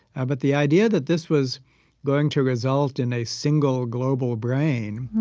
ah but the idea that this was going to result in a single global brain,